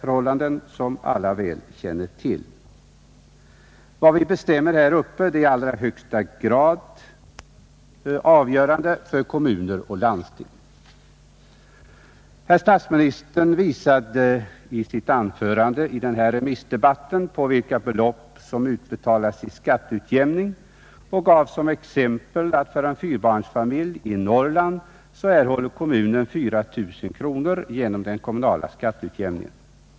Men så är inte, som alla känner till, det verkliga förhållandet. Vad vi bestämmer här i riksdagen är i allra högsta grad avgörande för kommuner och landsting. Herr statsministern visade i sitt anförande under denna remissdebatt på vilka belopp som utbetalas i skatteutjämning och nämnde som exempel att kommunen för en fyrabarnsfamilj i Norrland erhåller 4. 000 kronor genom den kommunala skatteutjämningen.